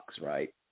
right